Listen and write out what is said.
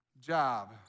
job